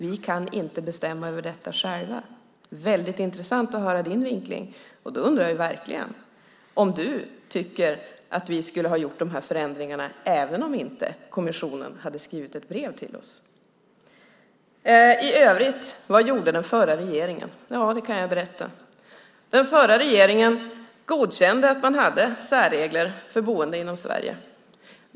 Vi kan inte bestämma över detta själva. Det är väldigt intressant att höra din vinkling. Jag undrar verkligen om du tycker att vi skulle ha gjort de här förändringarna även om kommissionen inte hade skrivit ett brev till oss. Vad gjorde den förra regeringen? Det kan jag berätta. Den förra regeringen godkände att man hade särregler för boende i Sverige.